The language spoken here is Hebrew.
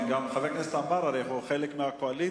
גם חבר הכנסת עמאר, הרי הוא חלק מהקואליציה.